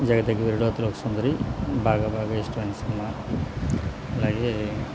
జగదేక వీరుడు అతిలోక సుందరి బాగా బాగా ఇష్టమైన సినిమా అలాగే